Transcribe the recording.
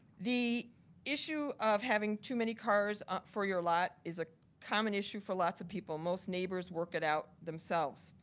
the issue of having too many cars for your lot is a common issue for lots of people. most neighbors work it out themselves.